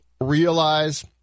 realize